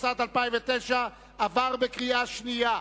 התשס”ט 2009 עבר בקריאה שנייה.